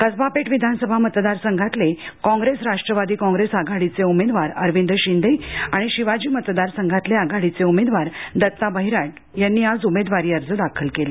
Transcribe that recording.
कसबा पेठ विधानसभा मतदारसंघातले काँग्रेस राष्ट्रवादी काँग्रेस आघाडीचे उमेदवार अरविंद शिन्दे आणि शिवाजीनगर मतदारसंघातले आघाडी चे उमेदवार दत्ता बाहिरट यांनी आज उमेदवारी अर्ज दाखल केले